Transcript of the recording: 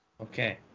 Okay